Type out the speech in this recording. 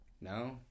no